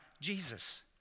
Jesus